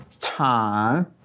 time